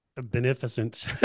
Beneficent